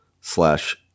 slash